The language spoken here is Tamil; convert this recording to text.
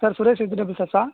sir Suresh vegetables ஷாப்ஸா